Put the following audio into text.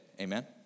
Amen